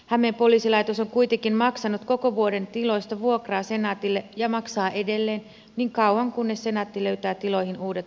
hämeen poliisilaitos on kuitenkin maksanut koko vuoden tiloista vuokraa senaatille ja maksaa edelleen niin kauan kunnes senaatti löytää tiloihin uudet vuokralaiset